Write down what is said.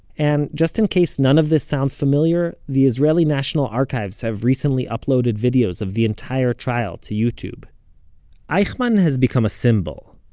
and, just in case none of this sounds familiar, the israeli national archives have recently uploaded videos of the entire trial to youtube eichmann has become a symbol.